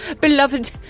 beloved